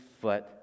foot